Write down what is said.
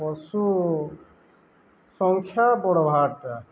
ପଶୁ ସଂଖ୍ୟା ଆମେ କେନ୍ତା କରି ବଢ଼ାମା